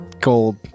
gold